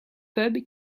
pub